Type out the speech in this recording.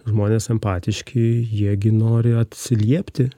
žmonės empatiški jie gi nori atsiliepti